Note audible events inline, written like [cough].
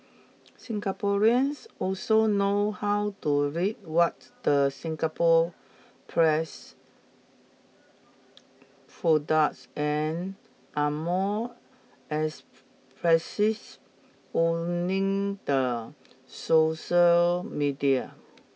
Singaporeans also know how to read what the Singapore press [hesitation] products and are more expressive owning the social media